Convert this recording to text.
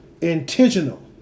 intentional